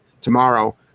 tomorrow